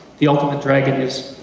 the ultimate dragon is,